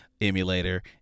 emulator